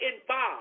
involved